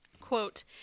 quote